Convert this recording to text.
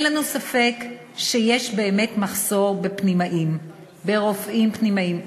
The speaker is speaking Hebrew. אין לנו ספק שיש באמת מחסור ברופאים פנימאים.